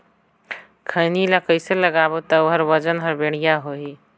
खैनी ला कइसे लगाबो ता ओहार वजन हर बेडिया होही?